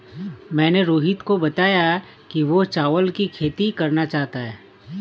मैंने रोहित को बताया कि वह चावल की खेती करना चाहता है